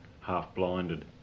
half-blinded